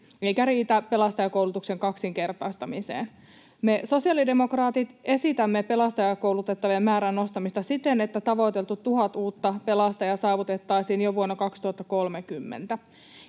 eikä riitä pelastajakoulutuksen kaksinkertaistamiseen. Me sosiaalidemokraatit esitämme pelastajakoulutettavien määrän nostamista siten, että tavoiteltu tuhat uutta pelastajaa saavutettaisiin jo vuonna 2030.